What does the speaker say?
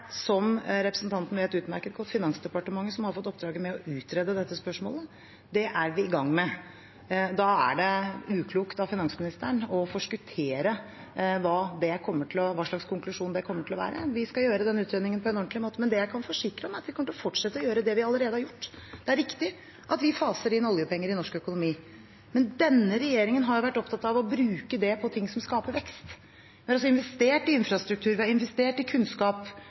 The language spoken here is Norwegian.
som representanten vet utmerket godt, Finansdepartementet som har fått oppdraget med å utrede dette spørsmålet. Det er vi i gang med. Da er det uklokt av finansministeren å forskuttere hva slags konklusjon det kommer til å bli. Vi skal gjøre den utredningen på en ordentlig måte. Det jeg kan forsikre om, er at vi kommer til å fortsette å gjøre det vi allerede har gjort. Det er riktig at vi faser inn oljepenger i norsk økonomi, men denne regjeringen har vært opptatt av å bruke det på ting som skaper vekst. Vi har investert i infrastruktur, vi har investert i kunnskap,